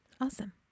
Awesome